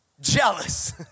jealous